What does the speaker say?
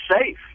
safe